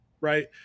right